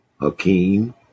Hakeem